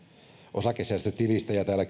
osakesäästötilistä ja täällä